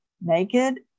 naked